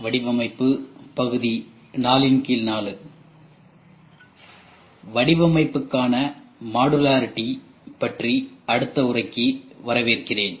வடிவமைப்புக்கான modularity பற்றிய அடுத்த உரைக்கு வரவேற்கிறேன்